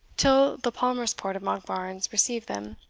till the palmer's-port of monkbarns received them.